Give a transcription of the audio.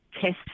test